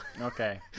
Okay